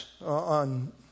on